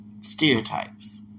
stereotypes